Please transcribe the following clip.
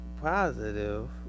positive